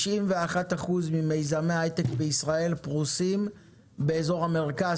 91% ממיזמי ההייטק בישראל פרוסים באזור המרכז,